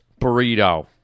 burrito